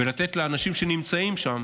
ולתת לאנשים שנמצאים שם